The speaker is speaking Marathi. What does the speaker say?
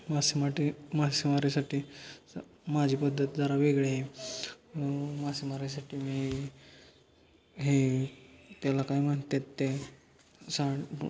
मासेमाटी मासेमारीसाठी माझी पद्धत जरा वेगळी आहे मासेमारीसाठी मी हे हे त्याला काय म्हणतात ते सांड